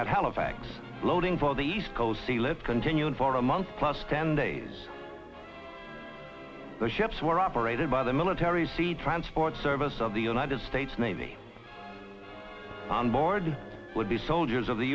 halifax loading for the east coast sea live continuing for a month plus ten days the ships were operated by the military sea transport service of the united states navy onboard would be soldiers of the